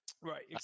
Right